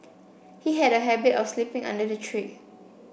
he had a habit of sleeping under the tree